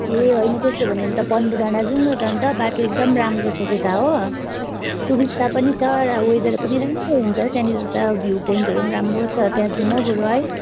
ए होइन त्यसो हो भने अन्त पन्बू डाँडा जाऔँ न अन्त बाटो एकदम राम्रो छ त्यता हो सुबिस्ता पनि छ र वेदर पनि राम्रो हुन्छ हौ त्यहाँनिर त भ्यु पोइन्टहरू पनि राम्रो छ त्यहाँ जाऔँ हौ बरु है